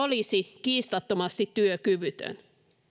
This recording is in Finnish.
olisi kiistattomasti työkyvytön